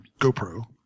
GoPro